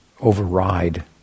override